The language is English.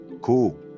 Cool